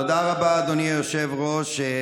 תודה רבה, אדוני היושב-ראש.